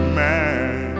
man